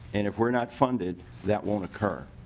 and if we are not funded that will occur.